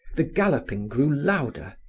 the galloping grew louder.